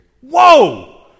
Whoa